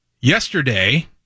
Yesterday